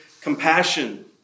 compassion